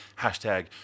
hashtag